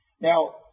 Now